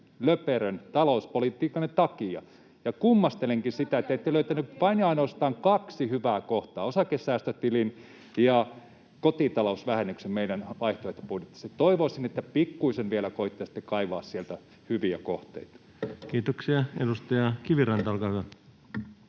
löperön talouspolitiikkanne takia. Ja kummastelenkin sitä, että ette löytänyt kuin vain ja ainoastaan kaksi hyvää kohtaa, osakesäästötilin ja kotitalousvähennyksen, meidän vaihtoehtobudjetistamme. Toivoisin, että pikkuisen vielä koettaisitte kaivaa sieltä hyviä kohteita. [Speech 137] Speaker: